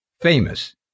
famous